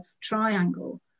triangle